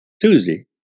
Tuesday